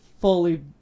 fully